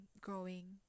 growing